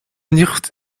nicht